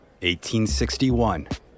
1861